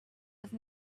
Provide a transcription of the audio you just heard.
have